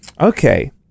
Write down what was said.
Okay